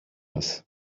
das